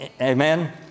Amen